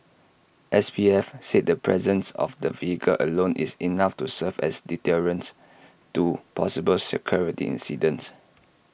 S P F said the presence of the vehicle alone is enough to serve as deterrent to possible security incidents